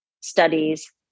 studies